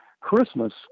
Christmas